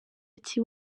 iti